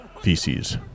feces